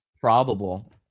probable